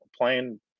playing